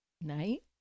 Night